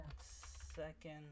second